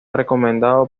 recomendado